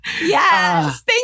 Yes